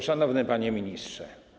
Szanowny Panie Ministrze!